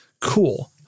cool